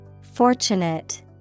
Fortunate